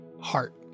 heart